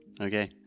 Okay